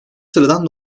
sıradan